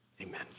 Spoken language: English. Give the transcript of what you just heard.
amen